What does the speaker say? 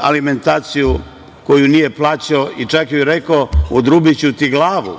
alimentacije koju nije plaćao i čak joj je rekao – odrubiću ti glavu.